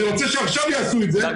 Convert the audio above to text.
אני רוצה שעכשיו יעשו את זה,